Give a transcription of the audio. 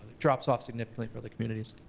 drops off significantly for other communities.